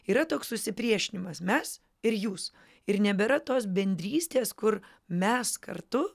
yra toks susipriešinimas mes ir jūs ir nebėra tos bendrystės kur mes kartu